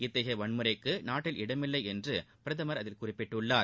இத்தகைய வன்முறைக்கு நாட்டில் இடமில்லை என்று பிரதமர் அதில் குறிப்பிட்டுள்ளார்